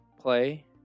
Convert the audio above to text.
Play